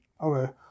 okay